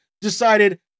decided